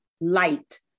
light